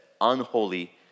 unholy